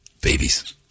Babies